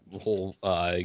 whole –